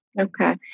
Okay